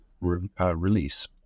release